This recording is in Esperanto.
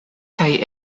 kaj